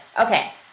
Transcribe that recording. Okay